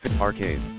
Arcade